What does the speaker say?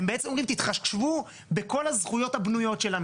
הם בעצם אומרים תתחשבו בכל הזכויות הבנויות שלנו.